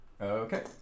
Okay